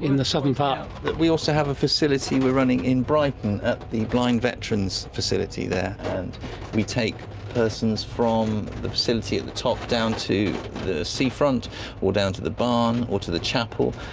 in the southern part. but we also have a facility we are running in brighton at the blind veterans' facility there, and we take persons from the facility at the top down to the seafront or down to the barn or to the chapel,